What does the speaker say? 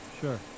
Sure